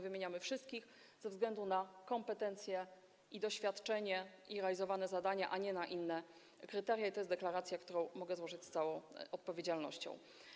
Wymieniamy wszystkich - ze względu na kompetencje, doświadczenie i realizowane zadania, a nie na inne kryteria, i to jest deklaracja, którą mogę złożyć z całą odpowiedzialnością.